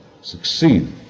succeed